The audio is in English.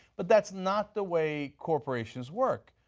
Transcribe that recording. but that's not the way corporations work.